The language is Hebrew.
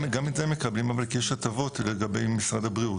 גם את זה מקבלים, כי יש הטבות לגבי משרד הבריאות.